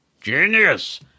Genius